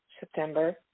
September